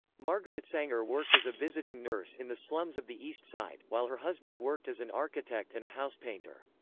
margaret sanger worked as a visiting nurse in the slums of the east side, while her husband worked as an architect and a house painter.